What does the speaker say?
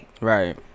Right